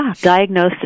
diagnosed